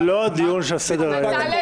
זה לא הדיון שעל סדר היום,